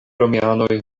romianoj